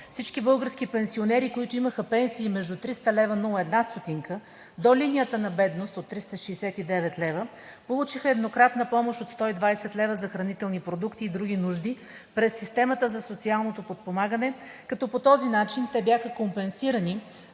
всички български пенсионери, които имаха пенсии между 300,01 лв. до линията на бедност от 369 лв., получиха еднократна помощ от 120 лв. за хранителни продукти и други нужди през системата за социалното подпомагане, като по този начин те бяха компенсирани